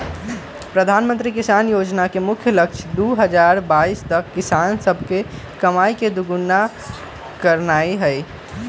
प्रधानमंत्री किसान जोजना के मुख्य लक्ष्य दू हजार बाइस तक किसान सभके कमाइ के दुगुन्ना करनाइ हइ